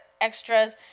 extras